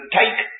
take